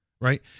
Right